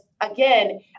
again